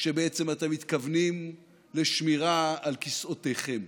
כשבעצם אתם מתכוונים לשמירה על כיסאותיכם.